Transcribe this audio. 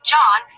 John